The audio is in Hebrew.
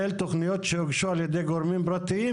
הסכמנו שאם עברה תקופה של שנתיים מיום מתן פסק הדין,